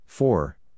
Four